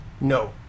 No